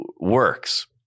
works